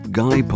guy